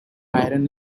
iron